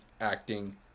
acting